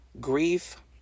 Grief